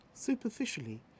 Superficially